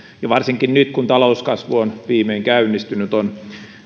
varsinkin nyt kun talouskasvu on viimein käynnistynyt on